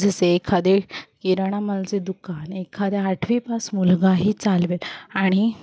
जसे एखादे किराणामालाचे दुकान एखाद्या आठवी पास मुलगाही चालवेल आणि